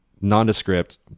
nondescript